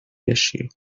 issue